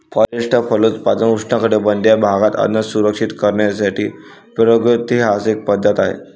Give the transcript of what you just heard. forest फलोत्पादन उष्णकटिबंधीय भागात अन्न सुरक्षित करण्याची एक प्रागैतिहासिक पद्धत आहे